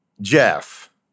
Jeff